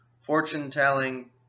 fortune-telling